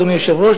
אדוני היושב-ראש,